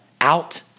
out